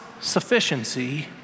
sufficiency